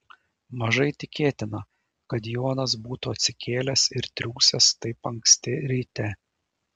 mažai tikėtina kad jonas būtų atsikėlęs ir triūsęs taip anksti ryte